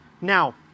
Now